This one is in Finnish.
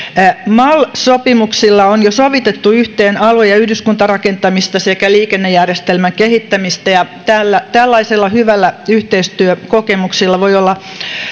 mal sopimuksilla on jo sovitettu yhteen alue ja yhdyskuntarakentamista sekä liikennejärjestelmän kehittämistä ja tällaisilla hyvillä yhteistyökokemuksilla voi olla